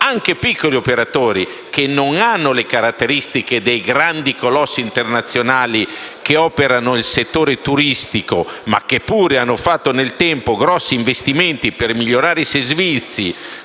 anche piccoli, che non hanno le caratteristiche dei grandi colossi internazionali che operano nel settore turistico, ma che pure hanno fatto nel tempo grossi investimenti per migliorare i servizi,